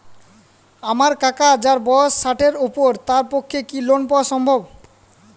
আমার কাকা যাঁর বয়স ষাটের উপর তাঁর পক্ষে কি লোন পাওয়া সম্ভব?